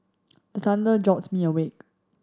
the thunder jolt me awake